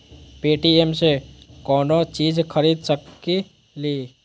Paytm से कौनो चीज खरीद सकी लिय?